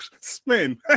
Spin